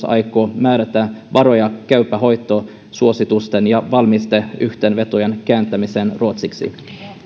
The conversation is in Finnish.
aikoo määrätä varoja käypä hoito suositusten ja valmisteyhteenvetojen kääntämiseen ruotsiksi